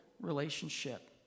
relationship